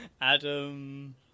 Adam